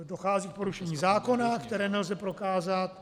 Dochází k porušení zákona, které nelze prokázat.